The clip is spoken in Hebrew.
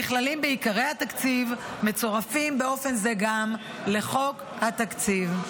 נכללים בעיקרי התקציב ומצורפים באופן זה גם לחוק התקציב.